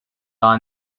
daha